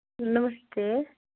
नमस्ते